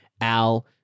Al